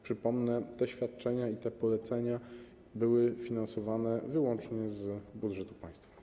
Przypomnę, że te świadczenia i te polecenia były finansowane wyłącznie z budżetu państwa.